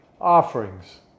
offerings